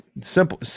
simple